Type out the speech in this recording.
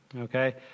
Okay